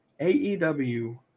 aew